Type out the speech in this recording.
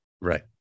Right